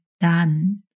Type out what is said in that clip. done